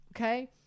okay